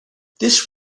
this